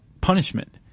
punishment